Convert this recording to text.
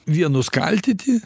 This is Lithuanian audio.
vienus kaltyti